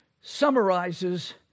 summarizes